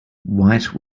white